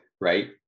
right